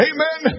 Amen